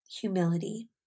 humility